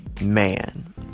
man